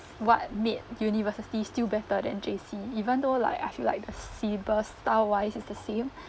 what made university still better than J_C even though like I feel like the syllabus style-wise is the same